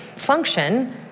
function